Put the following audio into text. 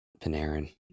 Panarin